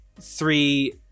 three